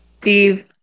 Steve